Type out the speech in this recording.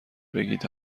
بگید